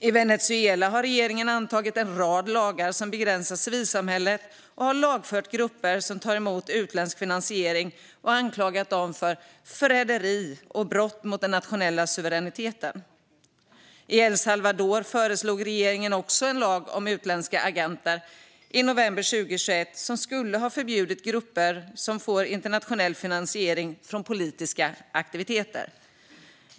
I Venezuela har regeringen antagit en rad lagar som begränsar civilsamhället och har lagfört grupper som tar emot utländsk finansiering och anklagat dem för förräderi och brott mot den nationella suveräniteten. I El Salvador föreslog regeringen också en lag om utländska agenter i november 2021 som skulle ha förbjudit grupper som får internationell finansiering från politiska aktiviteter.